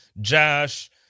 josh